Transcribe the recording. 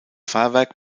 fahrwerk